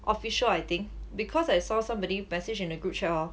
official I think because I saw somebody message in the group chat hor